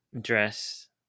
dress